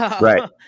Right